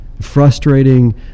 frustrating